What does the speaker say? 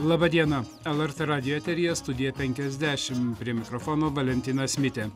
laba diena lrt radijo eteryje studija penkiasdešim prie mikrofono valentinas mitė